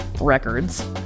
records